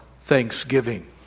thanksgiving